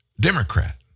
Democrat